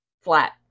Flat